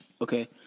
Okay